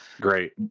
Great